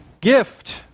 gift